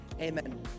Amen